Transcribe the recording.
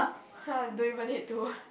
!huh! don't even need to